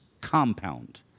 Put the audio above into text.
compound